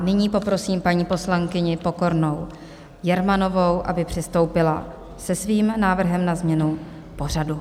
Nyní poprosím paní poslankyni Pokornou Jermanovou, aby přistoupila se svým návrhem na změnu pořadu.